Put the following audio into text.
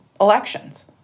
elections